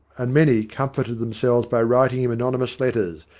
and many comforted themselves by writing him anonymous letters,